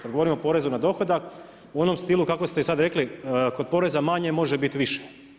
Kada govorimo o porezu na dohodak, u onom stilu kako ste i sad rekli, kod poreza manje može biti više.